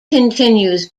continues